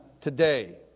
today